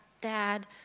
dad